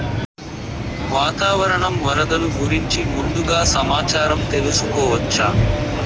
వాతావరణం వరదలు గురించి ముందుగా సమాచారం తెలుసుకోవచ్చా?